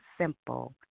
simple